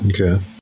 Okay